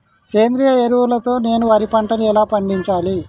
సేంద్రీయ ఎరువుల తో నేను వరి పంటను ఎలా పండించాలి?